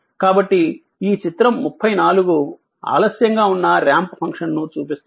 కాబట్టి ఈ చిత్రం 34 ఆలస్యంగా ఉన్న రాంప్ ఫంక్షన్ ను చూపిస్తుంది